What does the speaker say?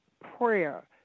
prayer